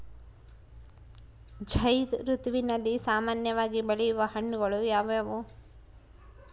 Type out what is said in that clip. ಝೈಧ್ ಋತುವಿನಲ್ಲಿ ಸಾಮಾನ್ಯವಾಗಿ ಬೆಳೆಯುವ ಹಣ್ಣುಗಳು ಯಾವುವು?